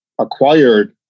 acquired